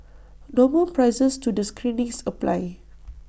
normal prices to the screenings apply